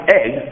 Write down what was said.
egg